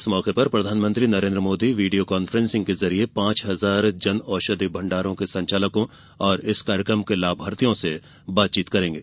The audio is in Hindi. इस मौके पर प्रधानमंत्री नरेन्द्र मोदी वीडियो कांफ्रेंसिंग के जरिये पांच हजार जन औषधि भण्डारों के संचालकों और इस कार्यक्रम के लाभार्थियों से बातचीत करेंगे